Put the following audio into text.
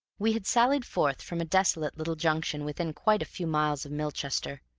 we had sallied forth from a desolate little junction within quite a few miles of milchester,